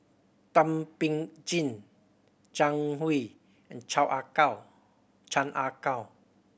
Thum Ping Tjin Zhang Hui and Chao Ah Kow Chan Ah Kow